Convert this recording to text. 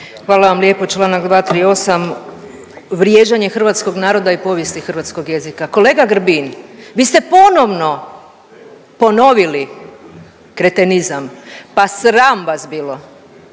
Hvala vam lijepo. Čl. 238. vrijeđanje hrvatskog naroda i povijesti hrvatskog jezika. Kolega Grbin vi ste ponovno ponovili kretenizam, pa sram vas bilo.